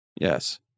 Yes